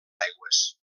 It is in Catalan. aigües